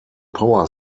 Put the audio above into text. power